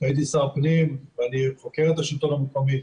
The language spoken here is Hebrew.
הייתי שר הפנים ואני מכיר את השלטון המקומי,